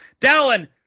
Dallin